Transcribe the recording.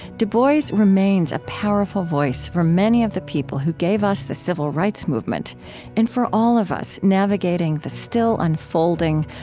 du bois remains a powerful voice for many of the people who gave us the civil rights movement and for all of us navigating the still-unfolding,